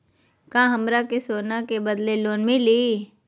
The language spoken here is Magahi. का हमरा के सोना के बदले लोन मिलि?